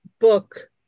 book